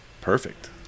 Perfect